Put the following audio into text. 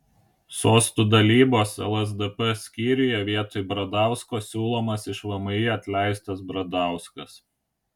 sostų dalybos lsdp skyriuje vietoj bradausko siūlomas iš vmi atleistas bradauskas